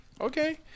Okay